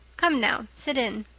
come now, sit in.